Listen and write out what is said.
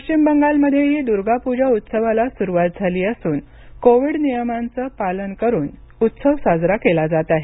पश्चिम बंगालमध्येही दुर्गापूजा उत्सवाला सुरुवात झाली असून कोविड नियमांचं पालन करुन हा उत्सव साजरा केला जात आहे